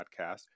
podcast